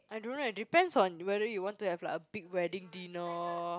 I don't know leh depends on whether you want to have like a big wedding dinner